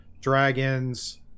Dragons